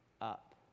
up